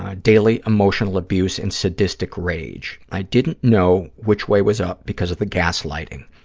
ah daily emotional abuse and sadistic rage. i didn't know which way was up because of the gaslighting.